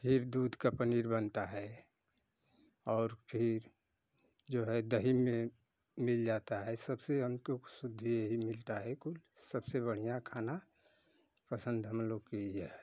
फिर दूध का पनीर बनता है और फिर जो है दही में मिल जाता है सबसे अंकुप सब्ज़ी यही मिलता है कुल सबसे बढ़िया खाना पसंद हम लोग का यह है